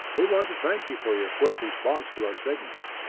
we want to thank you for your quick response to our signals.